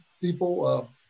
people